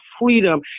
freedom